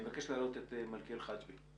אני מבקש להעלות אל מלכיאל חגבי.